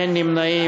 ואין נמנעים.